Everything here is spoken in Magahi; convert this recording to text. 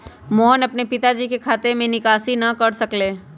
मोहन अपन पिताजी के खाते से निकासी न कर सक लय